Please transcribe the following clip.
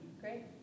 Great